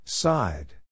side